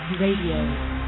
Radio